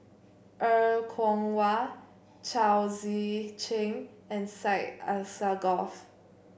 Er Kwong Wah Chao Tzee Cheng and Syed Alsagoff